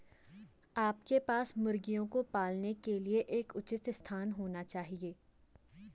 आपके पास मुर्गियों को पालने के लिए एक उचित स्थान होना चाहिए